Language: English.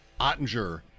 Ottinger